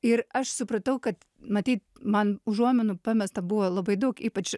ir aš supratau kad matyt man užuominų pamesta buvo labai daug ypač